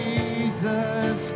Jesus